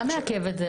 מה מעכב את זה?